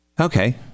okay